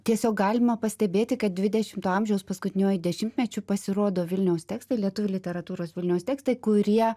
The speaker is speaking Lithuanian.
tiesiog galima pastebėti kad dvidešimto amžiaus paskutiniuoju dešimtmečiu pasirodo vilniaus tekstai lietuvių literatūros vilniaus tekstai kurie